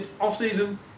off-season